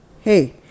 Hey